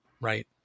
Right